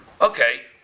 Okay